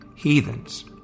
Heathens